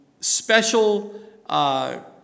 special